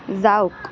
যাওক